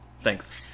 thanks